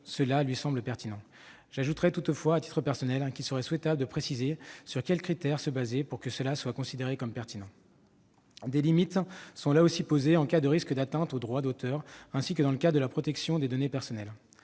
cela lui paraît pertinent. À titre personnel, il me semblerait toutefois souhaitable de préciser sur quels critères se baser pour que cette mesure soit considérée comme pertinente. Des limites sont là aussi posées en cas de risque d'atteinte aux droits d'auteur, ainsi que dans le cadre de la protection des données personnelles.